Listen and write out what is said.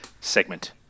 segment